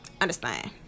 Understand